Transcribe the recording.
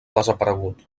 desaparegut